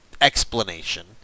explanation